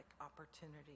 opportunity